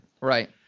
Right